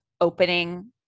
opening